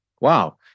Wow